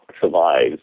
survives